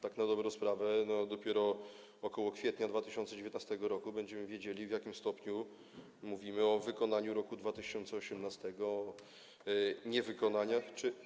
Tak na dobrą sprawę dopiero około kwietnia 2019 r. będziemy wiedzieli, w jakim stopniu mówimy o wykonaniu roku 2018, o niewykonaniach czy.